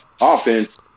offense